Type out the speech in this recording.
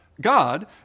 God